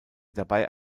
dabei